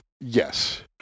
Yes